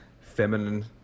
feminine